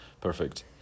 perfect